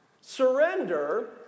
Surrender